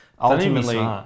Ultimately